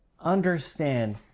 understand